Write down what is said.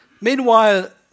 Meanwhile